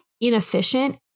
inefficient